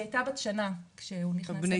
היא היתה בת שנה כשהוא נכנס לכלא.